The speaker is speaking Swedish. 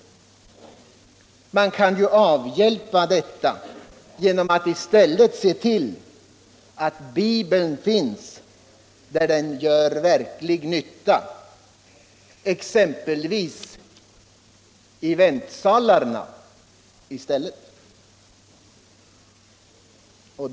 Att Bibeln försvinner från rättssalarna kan avhjälpas genom att man i stället ser till att den finns där den gör verklig nytta, exempelvis i väntsalarna.